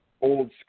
old